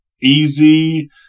easy